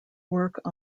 work